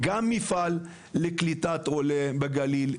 גם מפעל לקליטת עלייה בגליל.